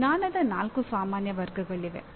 ಜ್ಞಾನದ ನಾಲ್ಕು ಸಾಮಾನ್ಯ ವರ್ಗಗಳಿವೆ